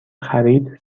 خرید